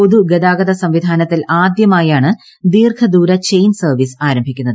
പൊതുഗതാഗത സംവിധാനത്തിൽ ആദ്യമായാണ് ദീർഘദൂര ചെയിൻ സർവ്വീസ് ആരംഭിക്കുന്നത്